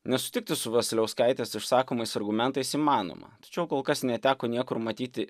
nesutikti su vasiliauskaitės išsakomais argumentais įmanoma tačiau kol kas neteko niekur matyti